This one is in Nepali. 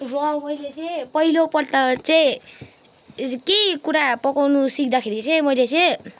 र मैले चाहिँ पहिलोपल्ट चाहिँ केही कुरा पकाउँनु सिक्दाखेरि चाहिँ मैले चाहिँ